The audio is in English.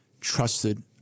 trusted